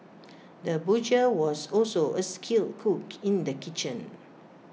the butcher was also A skilled cook in the kitchen